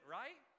right